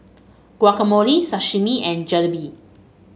Guacamole Sashimi and Jalebi